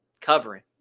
covering